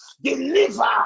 deliver